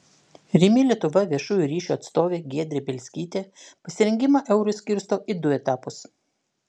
rimi lietuva viešųjų ryšių atstovė giedrė bielskytė pasirengimą eurui skirsto į du etapus